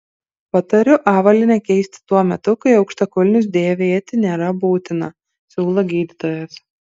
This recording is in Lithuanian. patariu avalynę keisti tuo metu kai aukštakulnius dėvėti nėra būtina siūlo gydytojas